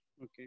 Okay